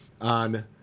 on